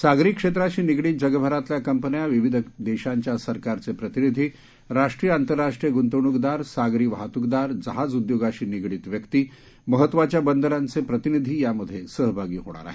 सागरी क्षेत्राशी निगडीत जगभरातल्या कंपन्या विविध देशांच्या सरकारचे प्रतिनिधी राष्ट्रीय आंतरराष्ट्रीय गुंतवणूकदार सागरी वाहतुकदार जहाज उद्योगाशी निगडीत व्यक्ती महत्त्वाच्या बंदरांचे प्रतिनिधी यामध्ये सहभागी होणार आहेत